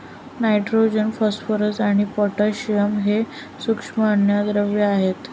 nitrogen, phosphorus आणि potassium हे सूक्ष्म अन्नद्रव्ये आहेत